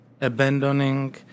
abandoning